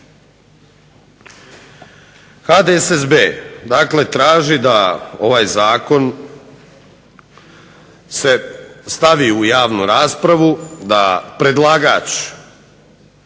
dakle traži da ovaj zakon se stavi u javnu raspravu, da predlagač